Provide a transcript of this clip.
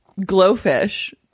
glowfish